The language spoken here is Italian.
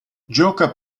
gioca